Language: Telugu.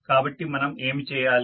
కాబట్టి మనం ఏమి చేయాలి